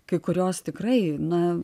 kai kurios tikrai na